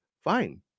Fine